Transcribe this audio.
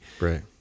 Right